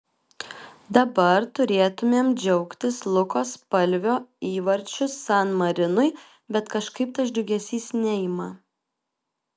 dabar turėtumėm džiaugtis luko spalvio įvarčiu san marinui bet kažkaip tas džiugesys neima